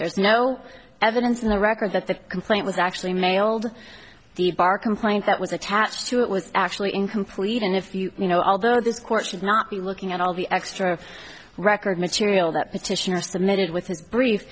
there's no evidence in the record that the complaint was actually mailed the bar complaint that was attached to it was actually incomplete and if you know although this court should not be looking at all the extra record material that petitioner submitted with his brief